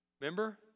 Remember